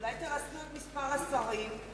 אולי תרסנו את מספר השרים,